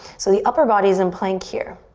so the upper body's in plank here.